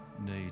need